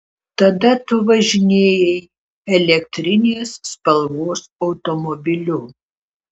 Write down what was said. tada tu važinėjai elektrinės spalvos automobiliu